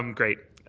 um great.